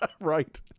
Right